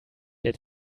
der